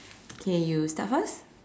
okay you start first